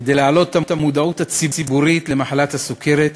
כדי להעלות את המודעות הציבורית למחלת הסוכרת.